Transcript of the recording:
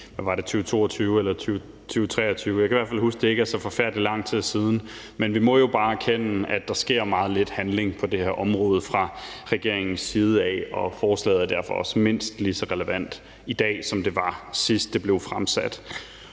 i, var det i 20222023 – jeg kan i hvert fald huske, at det ikke er så forfærdelig lang tid siden. Men vi må bare erkende, at der sker meget lidt handling på det her område fra regeringens side, og forslaget er derfor også mindst lige så relevant i dag, som det var, sidst det blev fremsat.